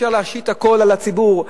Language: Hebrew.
אי-אפשר להשית הכול על הציבור.